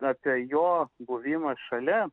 apie jo buvimą šalia